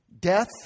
death